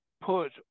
put